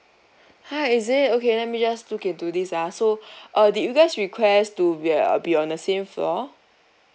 !huh! is it okay let me just look into this ah so uh did you guys request to be uh be on the same floor